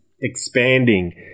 expanding